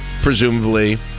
presumably